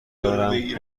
دارم